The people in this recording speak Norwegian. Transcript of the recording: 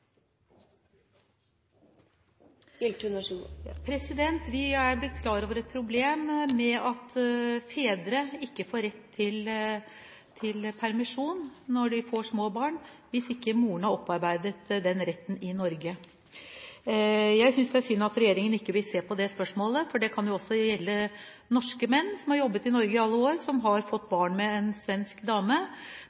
blitt klar over et problem med at fedre ikke får rett til permisjon når de får barn, hvis ikke moren har opparbeidet denne retten i Norge. Jeg synes det er synd at regjeringen ikke vil se på det spørsmålet, for dette kan jo også gjelde norske menn som har jobbet i Norge i alle år, som har fått